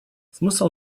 смысл